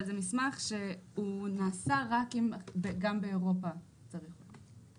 אבל זה מסמך שהוא נעשה רק אם גם באירופה צריך אותו.